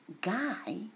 guy